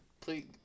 Please